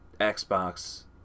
Xbox